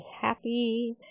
happy